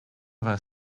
vingt